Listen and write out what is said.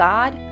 God